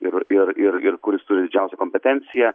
ir ir ir ir kur jis turi didžiausią kompetenciją